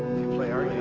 you play our